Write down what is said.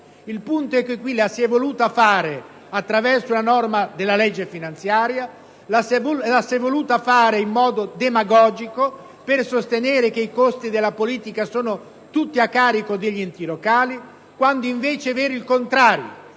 Il punto è che qui la si è voluta fare attraverso la norma della legge finanziaria, in modo demagogico per sostenere che i costi della politica sono tutti a carico degli enti locali, quando invece è vero il contrario.